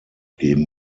geben